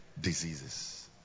diseases